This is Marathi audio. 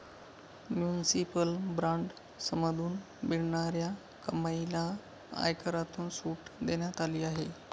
म्युनिसिपल बॉण्ड्समधून मिळणाऱ्या कमाईला आयकरातून सूट देण्यात आली आहे